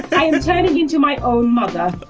i am turning into my own mother.